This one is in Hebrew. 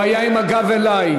הוא היה עם הגב אלי,